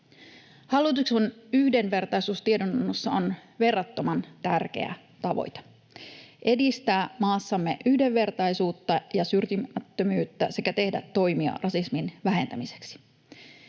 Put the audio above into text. Hallituksen yhdenvertaisuustiedonannossa on verrattoman tärkeä tavoite edistää maassamme yhdenvertaisuutta ja syrjimättömyyttä sekä tehdä toimia rasismin vähentämiseksi.